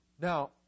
Now